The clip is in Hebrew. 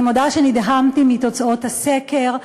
אני מודה שנדהמתי מתוצאות הסקר.